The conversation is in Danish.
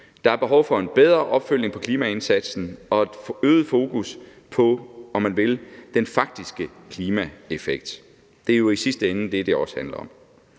Der er behov for en bedre opfølgning på klimaindsatsen og et øget fokus på – om man vil – den faktiske klimaeffekt. Det er jo i sidste ende det, det også handler om.